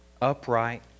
upright